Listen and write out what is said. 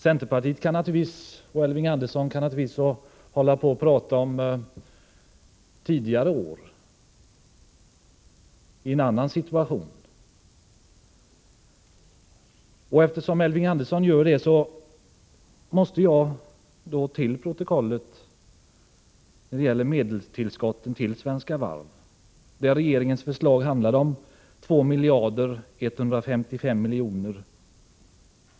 Centerpartiet och Elving Andersson kan hålla på och prata om tidigare år, när vi befann oss i en annan situation. Och eftersom Elving Andersson gör det måste jag till protokollet redovisa förslagen till medelstillskott till Svenska Varv. Regeringen föreslog i propositionen 2 155 000 000.